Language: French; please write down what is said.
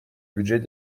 budget